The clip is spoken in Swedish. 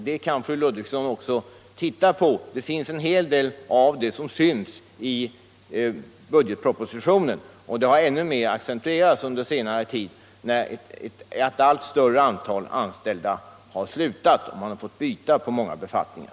Det kan fru Ludvigsson titta på — en hel del av detta syns i budgetpropositionen. Det har ännu mer accentuerats under senare tid när ett större antal anställda har slutat och det således skett personskiften på många befattningar.